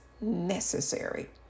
necessary